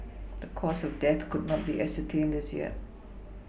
the cause of death could not be ascertained as yet